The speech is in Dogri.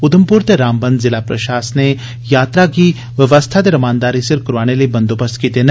उधमप्र ते रामबन जिला प्रशासने यात्रा गी व्यवस्था दे रमानदारी सिर करोआने लेई बंदोबस्त कीते देन